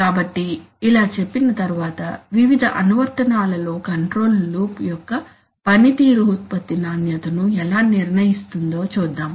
కాబట్టి ఇలా చెప్పిన తరువాత వివిధ అనువర్తనాలలో కంట్రోల్ లూప్ యొక్క పనితీరు ఉత్పత్తి నాణ్యతను ఎలా నిర్ణయిస్తుందో చూద్దాం